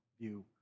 view